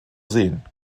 sehen